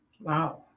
Wow